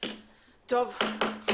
בוקר טוב לכולם,